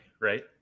right